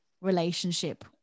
relationship